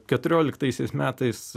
keturioliktaisiais metais